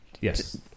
Yes